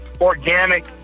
organic